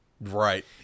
Right